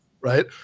Right